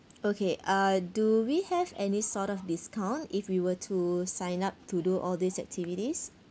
okay uh do we have any sort of discount if we were to sign up to do all these activities